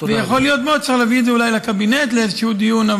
ויכול להיות מאוד שצריך להביא את זה אולי לקבינט לאיזשהו דיון,